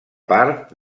part